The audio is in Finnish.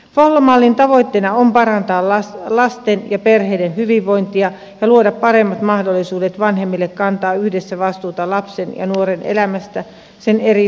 follo mallin tavoitteena on parantaa lasten ja perheiden hyvinvointia ja luoda paremmat mahdollisuudet vanhemmille kantaa yhdessä vastuuta lapsen ja nuoren elämästä sen eri vaiheissa